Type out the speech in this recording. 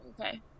Okay